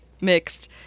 mixed